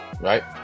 right